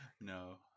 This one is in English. No